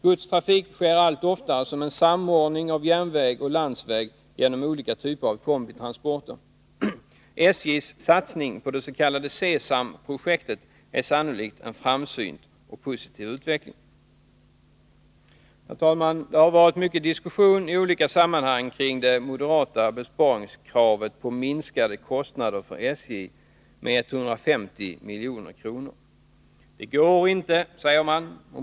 Godstrafik sker allt oftare som en samordning av järnväg och landsväg genom olika typer av kombitransporter. SJ:s satsning på dets.k. C-samprojektet är sannolikt en framsynt och positiv utveckling. Herr talman! Det har varit mycket diskussion i olika sammanhang kring det moderata besparingskravet på minskade kostnader för SJ med 150 milj.kr. Det går inte, säger man.